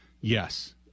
Yes